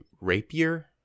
rapier